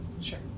Sure